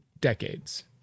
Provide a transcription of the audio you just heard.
decades